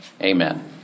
Amen